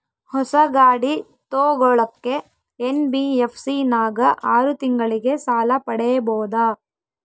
ಹೊಸ ಗಾಡಿ ತೋಗೊಳಕ್ಕೆ ಎನ್.ಬಿ.ಎಫ್.ಸಿ ನಾಗ ಆರು ತಿಂಗಳಿಗೆ ಸಾಲ ಪಡೇಬೋದ?